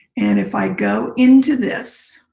and if i go into this